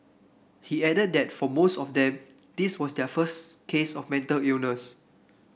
he added that for most of them this was their first case of mental illness